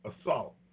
assault